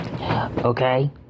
Okay